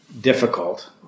difficult